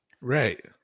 Right